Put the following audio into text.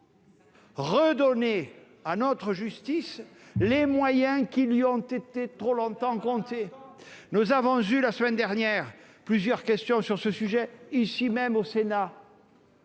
redonner à notre justice les moyens qui lui ont été trop longtemps comptés. La semaine dernière, nous avons eu plusieurs questions sur ce sujet, ici même, au Sénat,